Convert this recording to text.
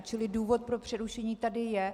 Čili důvod pro přerušení tady je.